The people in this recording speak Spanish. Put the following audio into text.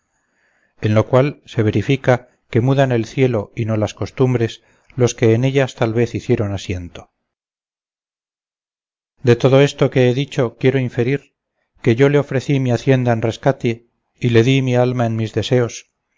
en lo cual se verifica que mudan el cielo y no las costumbres los que en ellas tal vez hicieron asiento de todo esto que he dicho quiero inferir que yo le ofrecí mi hacienda en rescate y le di mi alma en mis deseos